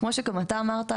כמו שגם אתה אמרת,